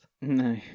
No